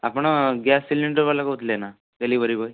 ଆପଣ gas cylinder ବାଲା କହୁଥିଲେ ନା ଡେଲିଭରୀ ବଏ